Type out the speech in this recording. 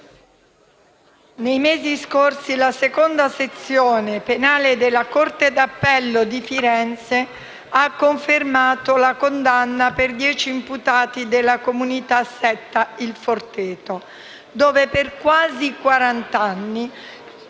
nei mesi scorsi la II sezione penale della corte d'appello di Firenze ha confermato la condanna per dieci imputati della comunità-setta Il Forteto, dove per quasi quarant'anni